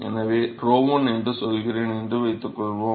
எனவே 𝞺1 என்று சொல்கிறேன் என்று வைத்துக்கொள்வோம்